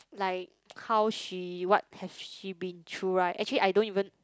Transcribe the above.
like how she what had she been through right actually I don't even